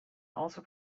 also